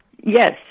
Yes